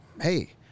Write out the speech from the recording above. hey